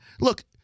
Look